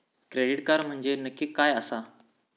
Credit card म्हंजे नक्की काय आसा?